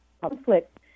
conflict